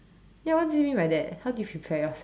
ya what do they mean by that how do you prepare yourself